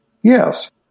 Yes